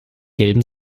gelben